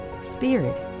spirit